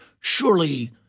Surely